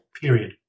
Period